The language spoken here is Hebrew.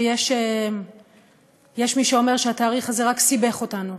שיש מי שאומר שהתאריך הזה רק סיבך אותנו.